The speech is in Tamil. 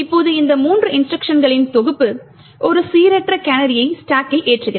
இப்போது இந்த மூன்று இன்ஸ்ட்ருக்ஷன்களின் தொகுப்பு ஒரு சீரற்ற கேனரியை ஸ்டாக்கில் ஏற்றுகிறது